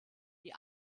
die